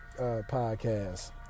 podcast